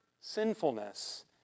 sinfulness